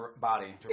body